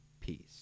Peace